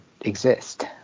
exist